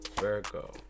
Virgo